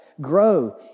grow